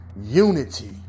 Unity